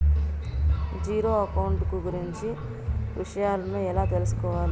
Zero account కు గురించి విషయాలను ఎలా తెలుసుకోవాలి?